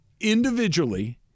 individually